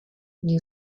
new